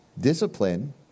discipline